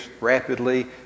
rapidly